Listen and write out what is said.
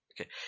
Okay